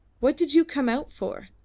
what did you come out for?